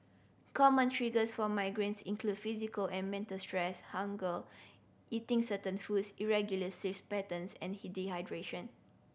common triggers for migraines include physical and mental stress hunger eating certain foods irregular saves patterns and